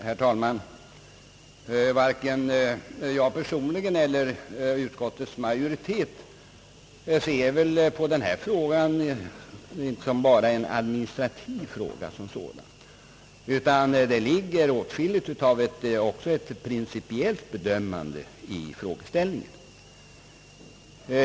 Herr talman! Varken jag personligen eller utskottets majoritet ser på detta som bara en administrativ eller skatteteknisk fråga. Det ligger också åtskilligt av principiellt bedömande bakom vårt ställningstagande.